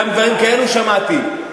גם דברים כאלו שמעתי.